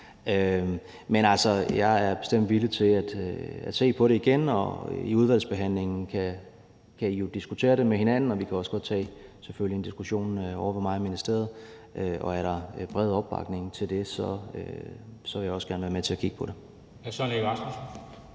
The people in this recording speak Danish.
Men jeg er bestemt villig til at se på det igen, og i udvalgsbehandlingen kan I jo diskutere det med hinanden, og vi kan selvfølgelig også godt tage en diskussion ovre ved mig i ministeriet. Og er der bred opbakning til det, vil jeg også gerne være med til at kigge på det.